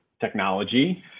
Technology